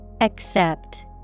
Accept